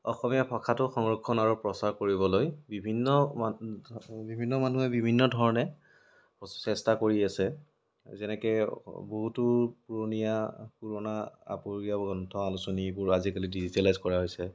অসমীয়া ভাষাটো সংৰক্ষণ আৰু প্ৰচাৰ কৰিবলৈ বিভিন্ন মা বিভিন্ন মানুহে বিভিন্ন ধৰণে কৰি আছে যেনেকৈ বহুতো পুৰণীয়া পুৰণা আপুৰুগীয়া গ্ৰন্থ আলোচনী এইবোৰ আজিকালি ডিজিটেলাইজ কৰা হৈছে